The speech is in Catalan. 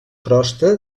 crosta